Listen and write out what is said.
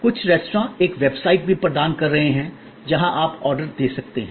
कुछ रेस्तरां एक वेबसाइट भी प्रदान कर रहे हैं जहाँ आप ऑर्डर दे सकते हैं